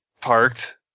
parked